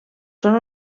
són